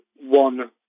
one